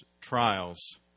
trials